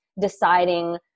deciding